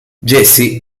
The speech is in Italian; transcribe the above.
jessie